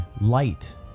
light